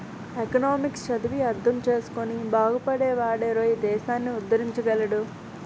economics చదివి అర్థం చేసుకుని బాగుపడే వాడేరోయ్ దేశాన్ని ఉద్దరించగలడు